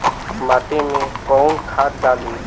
माटी में कोउन खाद डाली?